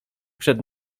przed